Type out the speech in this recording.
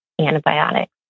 antibiotics